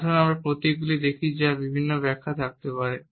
আসুন আমরা প্রতীকটি দেখি যার বিভিন্ন ব্যাখ্যা থাকতে পারে